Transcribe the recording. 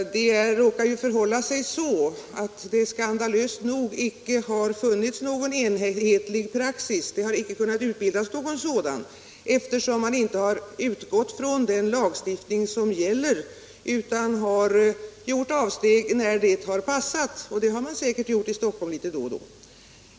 Det förhåller sig skandalöst nog så att det icke har funnits någon enhetlig praxis. Det har icke kunnat utformas någon sådan, eftersom man inte har utgått från den lagstiftning som gäller, utan man har gjort avsteg när det har passat, och det har man säkert gjort i Stockholm då och då.